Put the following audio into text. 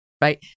right